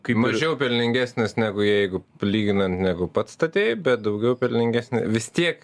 kaip pažiūrėjau pelningesnis negu jeigu lyginant negu pats statei bet daugiau pelningesni vis tiek